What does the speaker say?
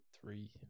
three